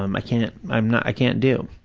um i can't, i'm not, i can't do,